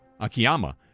Akiyama